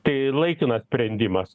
tai laikinas sprendimas